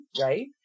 right